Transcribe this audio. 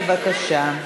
בבקשה.